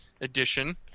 edition